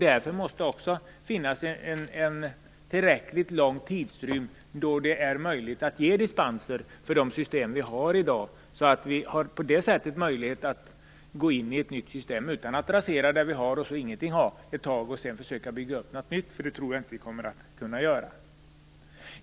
Därför måste det också finnas en tillräckligt lång tidsrymd då det är möjligt att ge dispenser för de system vi har i dag. Vi bör få möjlighet att gå in i ett nytt system utan att rasera det vi har och sedan ingenting ha ett tag, för att sedan försöka bygga upp något nytt. Det tror jag inte att vi kommer att kunna göra.